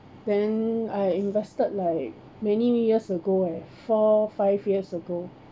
then I invested like many many years ago leh four five years ago